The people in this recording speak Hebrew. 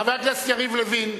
חבר הכנסת יריב לוין.